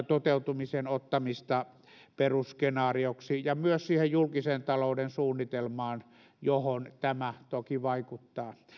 toteutumisen ottamista perusskenaarioksi ja myös siihen julkisen talouden suunnitelmaan johon tämä toki vaikuttaa